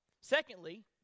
Secondly